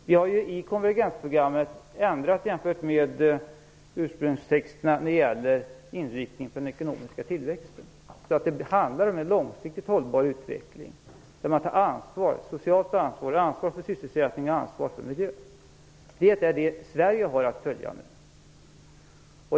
Vi har i konvergensprogrammet ändrat jämfört med ursprungstexterna just när det gäller inriktningen på den ekonomiska tillväxten så att det handlar om en långsiktigt hållbar utveckling där man tar ansvar - socialt ansvar, ansvar för sysselsättningen och ansvar för miljön. Det är detta Sverige har att följa nu.